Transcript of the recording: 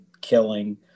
killing